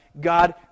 God